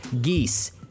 Geese